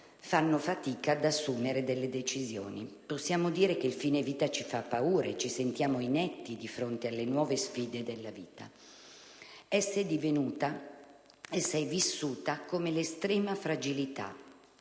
fanno fatica ad assumere delle decisioni. Possiamo dire che il fine vita ci fa paura e ci sentiamo inetti di fronte alle nuove sfide della vita. Esso è vissuto come l'estrema fragilità